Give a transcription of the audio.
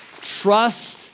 Trust